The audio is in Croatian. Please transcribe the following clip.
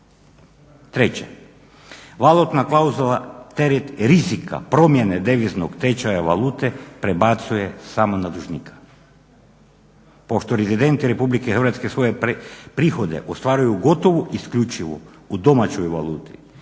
valutna klauzula teret rizika promjene deviznog tečaja valute prebacuje samo na dužnika. Pošto rezidenti RH svoje prihode ostvaruju gotovo isključivo u domaćoj valuti